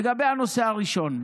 לגבי הנושא הראשון,